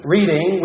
Reading